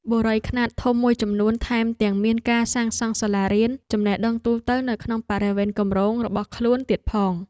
បុរីខ្នាតធំមួយចំនួនថែមទាំងមានការសាងសង់សាលារៀនចំណេះដឹងទូទៅនៅក្នុងបរិវេណគម្រោងរបស់ខ្លួនទៀតផង។